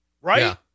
right